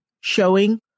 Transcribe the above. showing